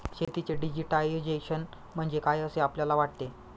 शेतीचे डिजिटायझेशन म्हणजे काय असे आपल्याला वाटते?